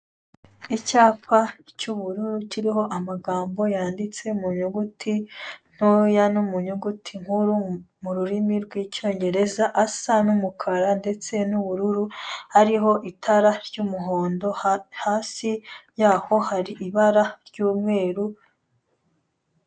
Icyapa cy'ubururu kiriho amagambo yanditse mu nyuguti ntoya no mu nyuguti nkuru mu rurimi rw'Icyongereza, asa n'umukara ndetse n'ubururu, hariho itara ry'umuhondo hasi yaho hari ibara ry'umweru.